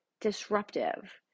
disruptive